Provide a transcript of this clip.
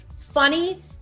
Funny